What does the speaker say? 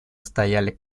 стояли